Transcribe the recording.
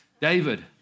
David